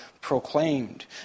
proclaimed